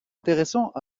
intéressant